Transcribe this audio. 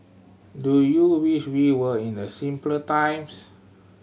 do you wish we were in a simpler times